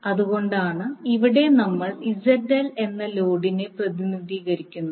അതുകൊണ്ടാണ് ഇവിടെ നമ്മൾ ZL എന്നത് ലോഡിനെ പ്രതിനിധീകരിക്കുന്നത്